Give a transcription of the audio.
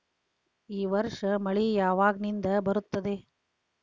ಈ ವರ್ಷ ಮಳಿ ಯಾವಾಗಿನಿಂದ ಬರುತ್ತದೆ?